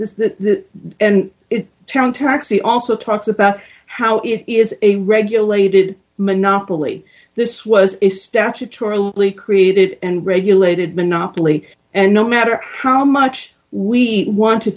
this that and town taxi also talks about how it is a regulated monopoly this was a statutorily created and regulated monopoly and no matter how much we want to